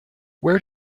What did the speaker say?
where